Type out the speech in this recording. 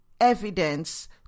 evidence